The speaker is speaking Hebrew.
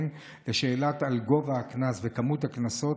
לשאלת גובה הקנס וכמות הקנסות,